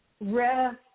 rest